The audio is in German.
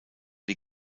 die